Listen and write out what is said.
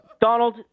Donald